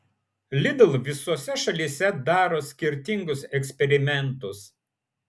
lidl visose šalyse daro skirtingus eksperimentus